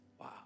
Wow